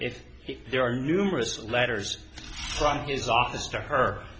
if there are numerous letters from his office to her